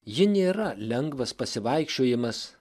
ji nėra lengvas pasivaikščiojimas